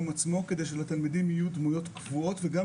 עצמו כדי שלתלמידים יהיו דמויות קבועות וגם,